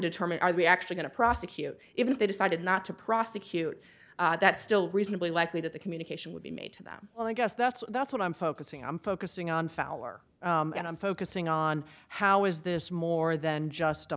determine are we actually going to prosecute if they decided not to prosecute that still reasonably likely that the communication would be made to them i guess that's that's what i'm focusing i'm focusing on fower and i'm focusing on how is this more than just a